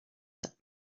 that